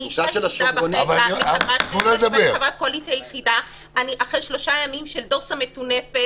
אני חברת קואליציה יחידה ואני אחרי שלושה ימים של דוסה מטונפת,